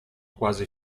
quasi